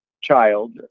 child